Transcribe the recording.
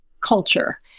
culture